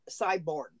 cyborg